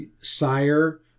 sire